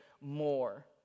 more